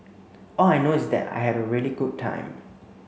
all I know is that I had a really good time